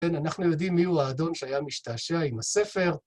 כן, אנחנו יודעים מיהו האדון שהיה משתעשע עם הספר.